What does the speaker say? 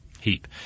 heap